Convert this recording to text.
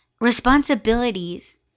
responsibilities